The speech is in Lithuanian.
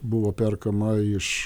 buvo perkama iš